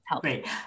Great